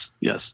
Yes